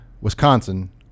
Wisconsin